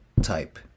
type